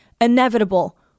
inevitable